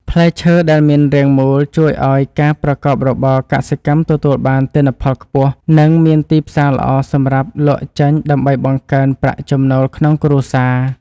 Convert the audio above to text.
ផ្លែឈើដែលមានរាងមូលជួយឱ្យការប្រកបរបរកសិកម្មទទួលបានទិន្នផលខ្ពស់ និង មានទីផ្សារល្អសម្រាប់លក់ចេញដើម្បីបង្កើនប្រាក់ចំណូលក្នុងគ្រួសារ។